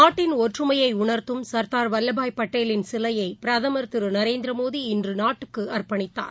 நாட்டின் ஒற்றுமையைணர்த்தும் சர்தார் வல்லபாய் பட்டேலின் திருநரேந்திரமோடி இன்றுநாட்டுக்குஅர்ப்பணித்தார்